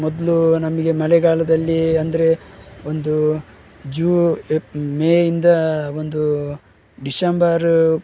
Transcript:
ಮೊದಲು ನಮಗೆ ಮಳೆಗಾಲದಲ್ಲಿ ಅಂದರೆ ಒಂದು ಜೂ ಎಪ್ ಮೇ ಇಂದ ಒಂದು ಡಿಶೆಂಬರ